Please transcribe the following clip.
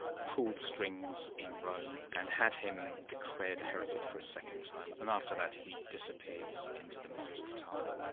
pulled strings in rome and had him declared a heretic for a second time. and after that, he disappears into the mists of time.